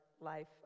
life